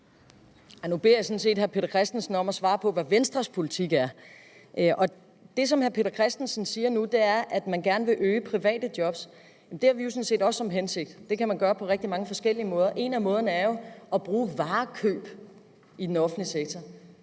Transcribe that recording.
hr. Peter Christensen om at svare på, hvad Venstres politik er. Det, som hr. Peter Christensen nu siger, er, at man gerne vil øge antallet af private job. Det har vi jo sådan set også til hensigt, og det kan man gøre på rigtig mange forskellige måder. En af måderne er jo at bruge varekøb i den offentlige sektor,